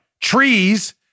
trees